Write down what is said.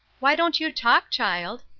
why don't you talk, child?